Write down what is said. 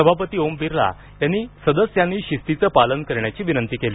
सभापती ओम बिर्ला यांनी सदस्यांनी शिस्तीचं पालन करण्याची विनंती केली